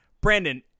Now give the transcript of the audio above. brandon